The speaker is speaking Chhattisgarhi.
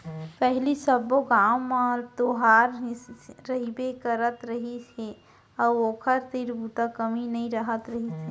पहिली सब्बो गाँव म लोहार रहिबे करत रहिस हे अउ ओखर तीर बूता के कमी नइ रहत रहिस हे